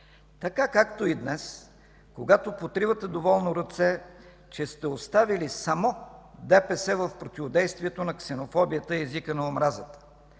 така както и днес, когато потривате доволно ръце, че сте оставили само ДПС в противодействието на ксенофобията и езика на омразата.